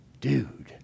dude